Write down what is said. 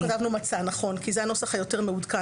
אנחנו כתבתנו "מצא" כי זה הנוסח המעודכן יותר.